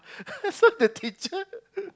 so the teacher